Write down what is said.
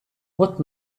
what